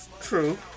True